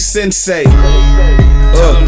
Sensei